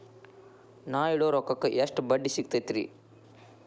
ನಾ ಇಡೋ ರೊಕ್ಕಕ್ ಎಷ್ಟ ಬಡ್ಡಿ ಸಿಕ್ತೈತ್ರಿ?